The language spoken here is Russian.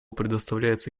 предоставляется